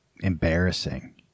embarrassing